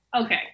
okay